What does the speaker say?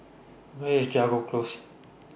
Where IS Jago Close